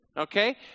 Okay